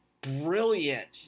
brilliant